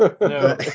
No